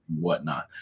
whatnot